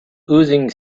oozing